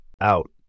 Out